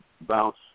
bounce